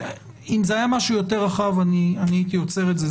אם זה היה משהו יותר רחב אני הייתי עוצר את זה.